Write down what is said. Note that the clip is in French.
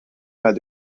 pas